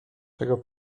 czego